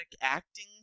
acting